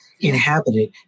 inhabited